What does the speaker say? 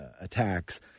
attacks